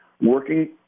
working